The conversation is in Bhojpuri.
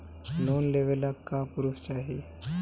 लोन लेवे ला का पुर्फ चाही?